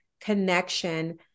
connection